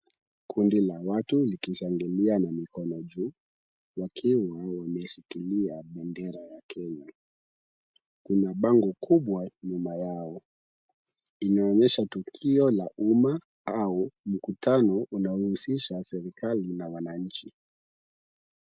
Kundi la watu likishangilia na mikono juu wakiwa wameshikilia bendera ya Kenya. Kuna bango kubwa nyuma yao. Imeonyesha tukio la umma au mkutano unaohusisha serikali na wananchi.